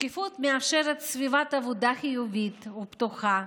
שקיפות מאפשרת סביבת עבודה חיובית ופתוחה.